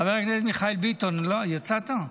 חבר הכנסת מיכאל ביטון, יצאת?